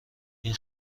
این